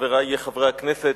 חברי חברי הכנסת,